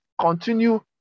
Continue